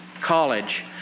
college